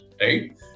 right